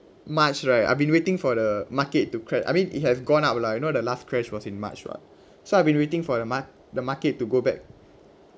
march right I've been waiting for the market to cra~ I mean it has gone up lah you know the last crash was in march [what] so I've been waiting for the mar~ the market to go back